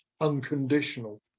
unconditional